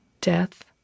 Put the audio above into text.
death